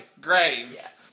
graves